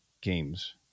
games